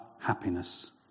happiness